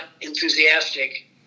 enthusiastic